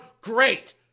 Great